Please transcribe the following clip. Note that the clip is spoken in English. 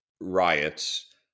riots